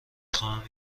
خواهم